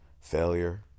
Failure